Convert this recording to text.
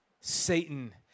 Satan